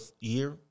year